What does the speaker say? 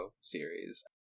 series